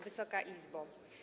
Wysoka Izbo!